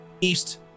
east